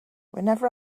whenever